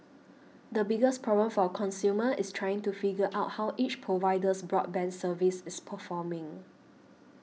the biggest problem for a consumer is trying to figure out how each provider's broadband service is performing